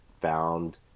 found